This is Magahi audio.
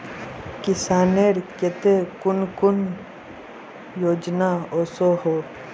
किसानेर केते कुन कुन योजना ओसोहो?